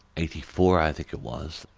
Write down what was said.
eighty four i think it was,